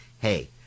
hey